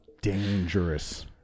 dangerous